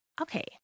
okay